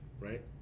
Right